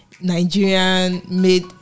Nigerian-made